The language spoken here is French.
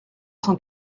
cent